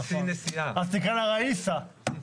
אז תקרא לה ראיסה.